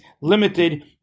limited